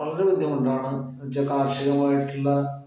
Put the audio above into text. വളരെ ബുദ്ധിമുട്ടാണ് എന്നുവച്ചാൽ കാർഷികമായിട്ടുള്ള